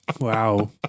Wow